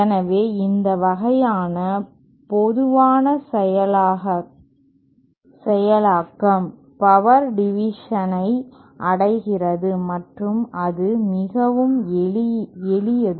எனவே இந்த வகையான பொதுவான செயலாக்கம் பவர் டிவிஷன் ஐ அடைகிறது மற்றும் அது மிகவும் எளியது